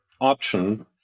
option